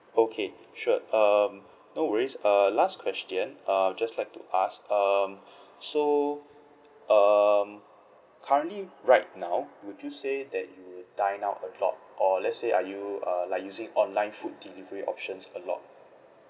okay sure um no worries uh last question uh I would just like to ask um so um currently right now would you say that you would dine out a lot or let's say are you uh like using online food delivery options a lot